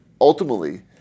ultimately